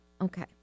Okay